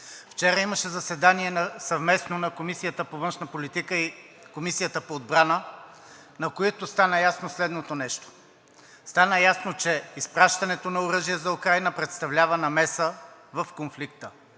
Вчера имаше съвместно заседание на Комисията по външна политика и Комисията по отбрана, на което стана ясно следното нещо: стана ясно, че изпращането на оръжие за Украйна представлява намеса в конфликта